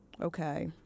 okay